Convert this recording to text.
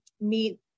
meet